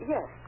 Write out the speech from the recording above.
Yes